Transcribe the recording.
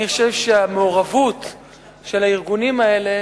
אני חושב שהמעורבות של הארגונים האלה